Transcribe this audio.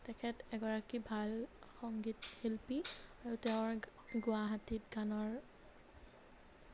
তেখেত এগৰাকী ভাল সংগীত শিল্পী আৰু তেওঁৰ গুৱাহাটীত গানৰ